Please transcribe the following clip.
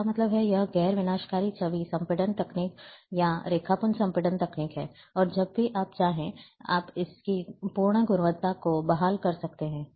इसका मतलब है कि यह गैर विनाशकारी छवि संपीड़न तकनीक या रेखापुंज संपीड़न तकनीक है और जब भी आप चाहें आप इसकी पूर्ण गुणवत्ता को बहाल कर सकते हैं